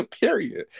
Period